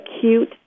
cute